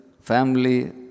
family